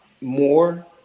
more